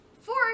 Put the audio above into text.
four